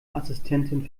assistentin